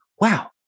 wow